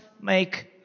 make